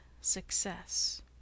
success